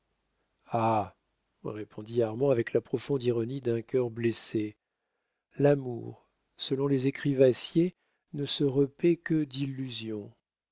répondit armand avec la profonde ironie d'un cœur blessé l'amour selon les écrivassiers ne se repaît que d'illusions